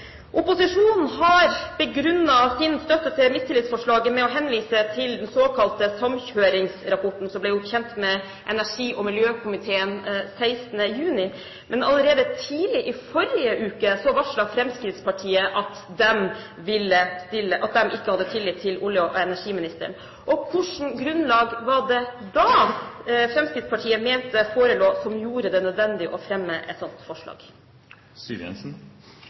Opposisjonen har begrunnet sin støtte til mistillitsforslaget med å henvise til den såkalte samkjøringsrapporten, som ble gjort kjent for energi- og miljøkomiteen 16. juni. Men allerede tidlig i forrige uke varslet Fremskrittspartiet at de ikke hadde tillit til olje- og energiministeren. Hvilket grunnlag var det Fremskrittspartiet da mente forelå som gjorde det nødvendig å fremme et